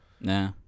Nah